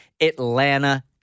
Atlanta